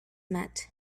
meant